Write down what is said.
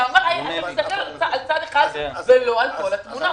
אתה מסתכל על צד אחד ולא על כל התמונה,